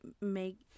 make